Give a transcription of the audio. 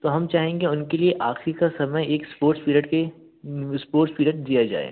तो हम चाहेंगे उनके लिए आख़िरी का समय एक स्पोर्ट्स पीरेड के स्पोर्ट्स पीरेड दिया जाए